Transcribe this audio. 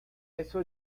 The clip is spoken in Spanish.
eso